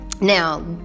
Now